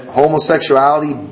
homosexuality